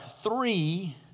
three